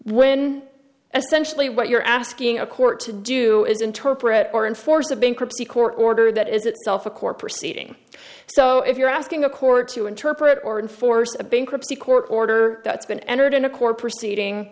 when essentially what you're asking a court to do is interpret or enforce a bankruptcy court order that is itself a court proceeding so if you're asking a court to interpret or enforce a bankruptcy court order that's been entered in a court proceeding